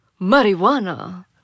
Marijuana